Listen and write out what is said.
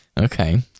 Okay